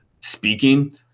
speaking